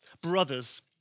Brothers